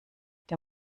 der